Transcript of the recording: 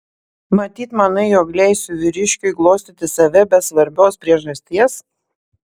matyt manai jog leisiu vyriškiui glostyti save be svarbios priežasties